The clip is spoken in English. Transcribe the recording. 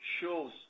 shows